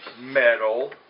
metal